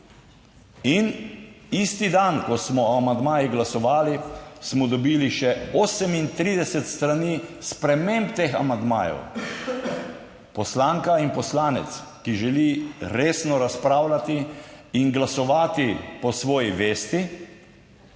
In isti dan, ko smo o amandmajih glasovali smo dobili še 38 strani sprememb teh amandmajev. Poslanka in poslanec, ki želi resno razpravljati in glasovati po svoji vesti,